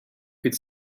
could